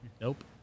Nope